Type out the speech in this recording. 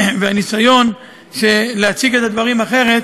והניסיון להציג את הדברים אחרת